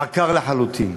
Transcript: עקר לחלוטין.